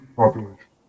population